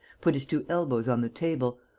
put his two elbows on the table,